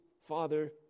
father